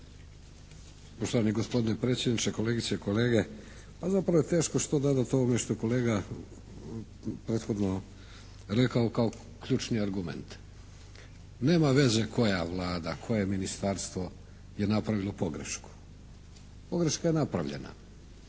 Poštovani gospodine predsjedniče. Kolegice i kolege. Pa zapravo je teško što dodati ovome što je kolega prethodno rekao kao ključni argument. Nema veze koja Vlada, koje ministarstvo je napravilo pogrešku. Pogreška je napravljena.